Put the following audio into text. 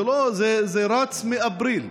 זה רץ מאפריל.